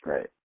Right